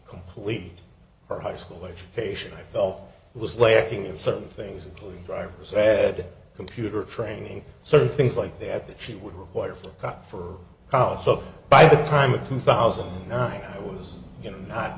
complete her high school education felt was lacking in certain things including driver's ed computer training certain things like that that she would require for house up by the time of two thousand and nine was you know not